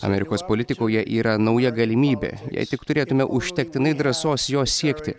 amerikos politikoje yra nauja galimybė jei tik turėtume užtektinai drąsos jos siekti